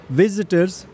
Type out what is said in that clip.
visitors